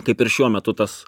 kaip ir šiuo metu tas